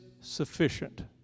sufficient